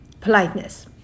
Politeness